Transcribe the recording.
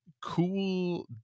cool